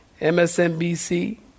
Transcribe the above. MSNBC